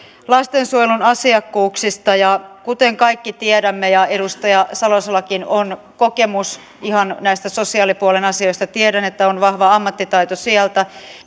lastensuojelun asiakkuuksista kuten kaikki tiedämme ja edustaja salosellakin on kokemusta ihan näistä sosiaalipuolen asioista tiedän että on vahva ammattitaito sieltä